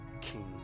king